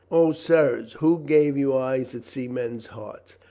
o, sirs, who gave you eyes that see men's hearts?